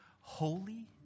holy